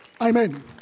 Amen